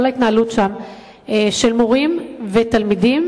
כל ההתנהלות של מורים ותלמידים,